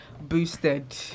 boosted